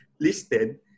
listed